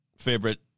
favorite